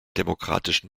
demokratischen